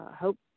hope